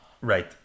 Right